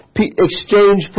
exchange